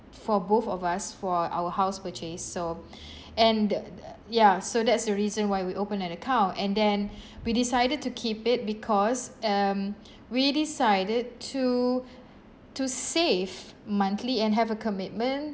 for both of us for uh our house purchase so and the the ya so that's the reason why we open an account and then we decided to keep it because um we decided to to save monthly and have a commitment